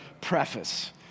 preface